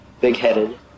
big-headed